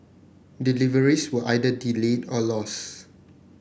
deliveries were either delayed or lost